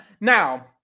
Now